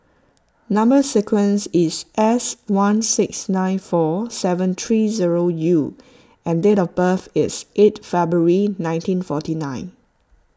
Number Sequence is S one six nine four seven three zero U and date of birth is eight February nineteen forty nine